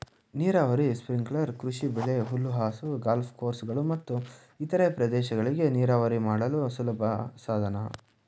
ನೀರಾವರಿ ಸ್ಪ್ರಿಂಕ್ಲರ್ ಕೃಷಿಬೆಳೆ ಹುಲ್ಲುಹಾಸು ಗಾಲ್ಫ್ ಕೋರ್ಸ್ಗಳು ಮತ್ತು ಇತರ ಪ್ರದೇಶಗಳಿಗೆ ನೀರಾವರಿ ಮಾಡಲು ಬಳಸುವ ಸಾಧನ